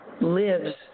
lives